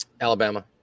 Alabama